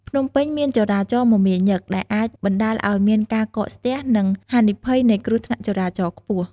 ភ្នំពេញមានចរាចរណ៍មមាញឹក ដែលអាចបណ្ដាលឲ្យមានការកកស្ទះ និងហានិភ័យនៃគ្រោះថ្នាក់ចរាចរណ៍ខ្ពស់។